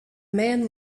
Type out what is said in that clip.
man